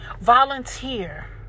Volunteer